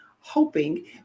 hoping